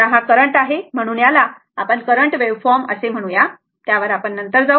आता हा करंट आहे ह्याला करंट वेव फॉर्म म्हणू त्यावर नंतर जाऊ